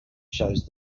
shows